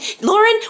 Lauren